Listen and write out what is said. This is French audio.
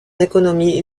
économies